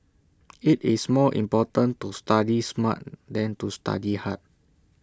IT is more important to study smart than to study hard